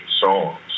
songs